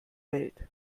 welt